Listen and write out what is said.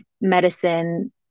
medicine